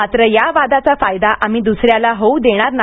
मात्र या वादाचा फायदा आम्ही दु्सऱ्याला होऊ देणार नाही